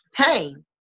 pain